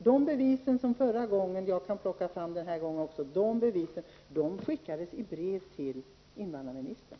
De bevis som jag lade fram förra gången, jag kan plocka fram dem nu också, skickades i brev till invandrarministern.